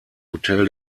hotel